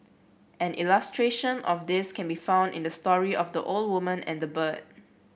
an illustration of this can be found in the story of the old woman and the bird